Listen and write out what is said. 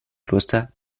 kloster